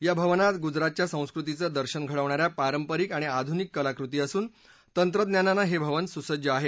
या भवनात गुजरातच्या संस्कृतीचं दर्शन घडवणाऱ्या पारंपरिक आणि आधूनिक कलाकृती असून तंत्रज्ञानानं हे भवन सुसज्ज आहे